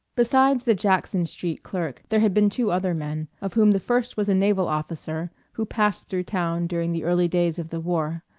besides the jackson street clerk there had been two other men, of whom the first was a naval officer, who passed through town during the early days of the war.